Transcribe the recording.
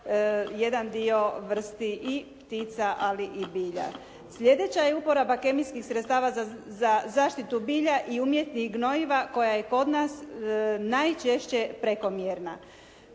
jedan dio vrsti i ptica ali i bilja. Sljedeća je uporaba kemijskih sredstava za zaštitu bilja i umjetnih gnojiva koja je kod nas najčešće prekomjerna.